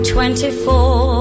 Twenty-four